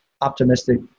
optimistic